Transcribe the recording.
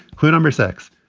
clue number six,